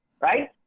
right